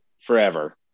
forever